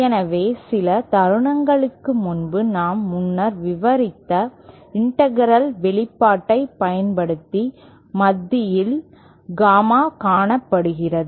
எனவே சில தருணங்களுக்கு முன்பு நாம் முன்னர் விவரித்த இண்டெகரல் வெளிப்பாட்டைப் பயன்படுத்தி மதிப்பில் காமா காணப்படுகிறது